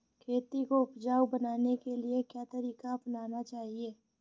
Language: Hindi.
खेती को उपजाऊ बनाने के लिए क्या तरीका अपनाना चाहिए?